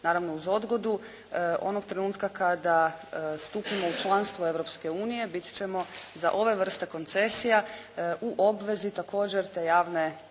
naravno uz odgodu. Onog trenutka kada stupanjem u članstvo Europske unije biti ćemo za ove vrste koncesija u obvezi također te javne